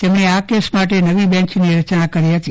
તેમણે આ કેસ માટે નવી બેંચની રચના કરી હતી